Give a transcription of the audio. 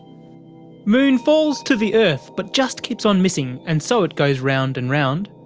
moon falls to the earth, but just keeps on missing and so it goes around and around.